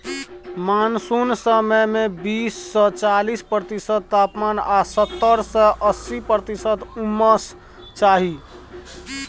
monsoon समय मे बीस सँ चालीस प्रतिशत तापमान आ सत्तर सँ अस्सी प्रतिशत उम्मस चाही